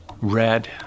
red